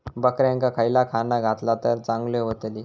बकऱ्यांका खयला खाणा घातला तर चांगल्यो व्हतील?